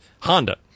Honda